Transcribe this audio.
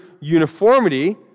uniformity